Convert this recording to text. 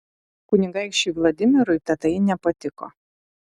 kunigaikščiui vladimirui tatai nepatiko